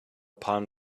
palm